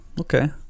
Okay